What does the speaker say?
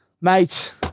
Mate